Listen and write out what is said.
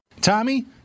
Tommy